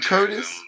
Curtis